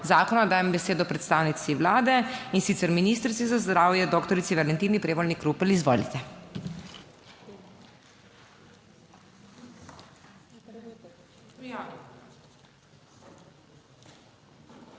zakona dajem besedo predstavnici Vlade, in sicer ministrici za zdravje doktorici Valentini Prevolnik Rupel, izvolite.